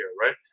right